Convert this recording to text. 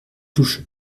touche